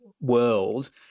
world